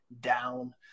down